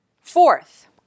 Fourth